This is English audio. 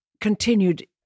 continued